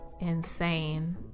insane